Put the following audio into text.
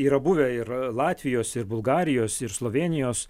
yra buvę ir latvijos ir bulgarijos ir slovėnijos